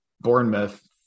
Bournemouth